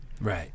right